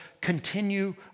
continue